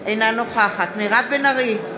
אינה נוכחת מירב בן ארי,